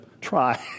try